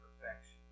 perfection